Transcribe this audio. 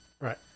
Right